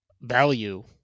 Value